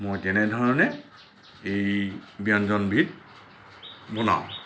মই তেনেধৰণে এই ব্যঞ্জনবিধ বনাওঁ